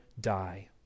die